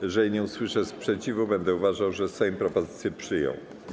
Jeżeli nie usłyszę sprzeciwu, będę uważał, że Sejm propozycje przyjął.